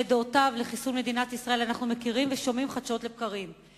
שאת דעותיו לגבי חיסול מדינת ישראל אנחנו מכירים ושומעים חדשות לבקרים,